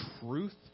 truth